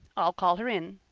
i'll call her in.